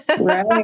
Right